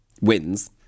wins